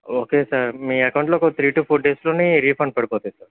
okay sir మీ అకౌంట్లోకి ఒక త్రీ టు ఫోర్ డేస్లోనే రిఫండ్ పడిపోతాయి సార్